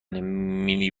مینی